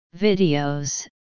videos